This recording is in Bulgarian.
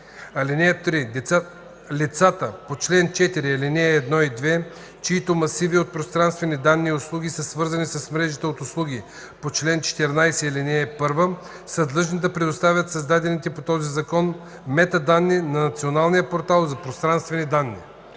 ал. 3: „(3) Лицата по чл. 4, ал. 1 и 2, чиито масиви от пространствени данни и услуги са свързани с мрежата от услуги по чл. 14, ал. 1, са длъжни да предоставят създадените по този закон метаданни на Националния портал за пространствени данни.”